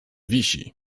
wisi